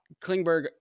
Klingberg